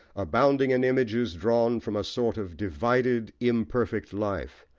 abounding in images drawn from a sort of divided imperfect life,